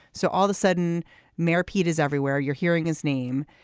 so all the sudden mayor peters everywhere you're hearing his name.